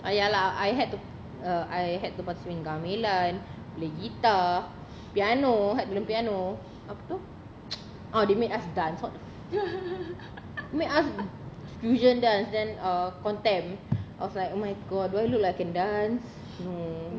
ya lah I had to uh I had to masuk gamelan play guitar piano had to learn piano apa tu ha they made us dance they made us fusion dance then uh contempt I was like oh my god do I look like I can dance hmm